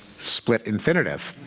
split infinitive.